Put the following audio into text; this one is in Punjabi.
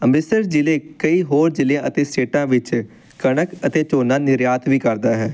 ਅੰਮ੍ਰਿਤਸਰ ਜ਼ਿਲ੍ਹੇ ਕਈ ਹੋਰ ਜ਼ਿਲ੍ਹਿਆਂ ਅਤੇ ਸਟੇਟਾਂ ਵਿੱਚ ਕਣਕ ਅਤੇ ਝੋਨਾ ਨਿਰਯਾਤ ਵੀ ਕਰਦਾ ਹੈ